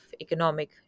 economic